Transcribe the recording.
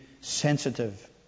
sensitive